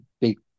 big